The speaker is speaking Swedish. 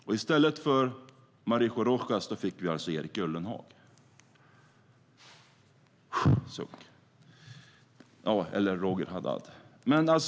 I stället för Mauricio Rojas fick vi alltså Erik Ullenhag eller Roger Haddad. Jag suckar.